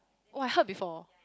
oh I heard before